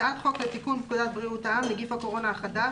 הצעת חוק לתיקון פקודת בריאות העם (נגיף הקורונה החדש,